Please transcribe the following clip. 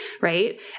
right